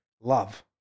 love